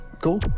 Cool